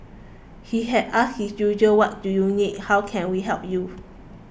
he had asked his usual what do you need how can we help you